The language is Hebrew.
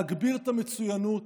להגביר את המצוינות,